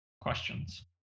questions